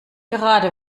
gerade